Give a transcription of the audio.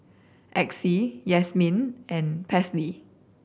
Exie Yazmin and Paisley